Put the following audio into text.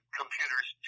computers